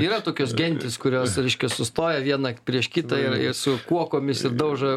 yra tokios gentys kurios reiškia sustoja viena prieš kitą ir su kuokomis ir daužo